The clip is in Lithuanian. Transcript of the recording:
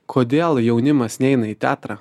kodėl jaunimas neina į teatrą